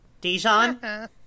Dijon